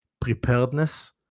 preparedness